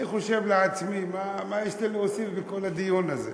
אני חושב לעצמי, מה יש לי להוסיף בכל הדיון הזה.